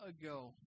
ago